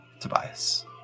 Tobias